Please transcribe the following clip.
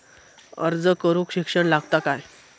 अर्ज करूक शिक्षण लागता काय?